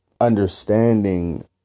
understanding